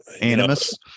Animus